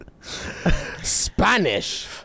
Spanish